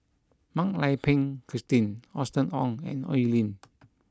Mak Lai Peng Christine Austen Ong and Oi Lin